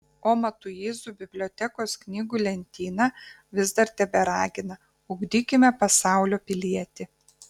o matuizų bibliotekos knygų lentyna vis dar teberagina ugdykime pasaulio pilietį